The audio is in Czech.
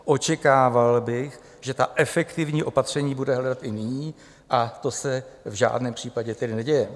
Očekával bych, že ta efektivní opatření bude hledat i nyní, a to se v žádném případě tedy neděje.